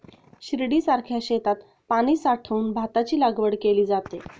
शिर्डीसारख्या शेतात पाणी साठवून भाताची लागवड केली जाते